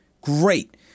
Great